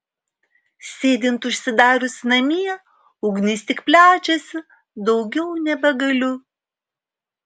sėdint užsidarius namie ugnis tik plečiasi daugiau nebegaliu